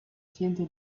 siente